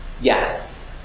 Yes